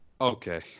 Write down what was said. okay